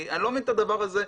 אני לא מבין את הדבר הזה,